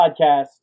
podcast